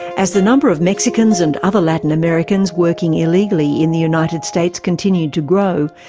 as the number of mexicans and other latin americans working illegally in the united states continued to grow,